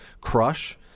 crush